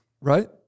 Right